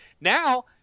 now